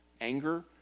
anger